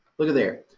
look at there.